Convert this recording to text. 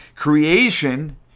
Creation